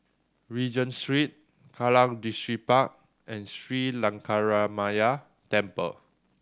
Regent Street Kallang Distripark and Sri Lankaramaya Temple